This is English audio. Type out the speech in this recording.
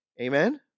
Amen